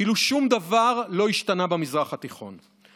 כאילו שום דבר לא השתנה במזרח התיכון.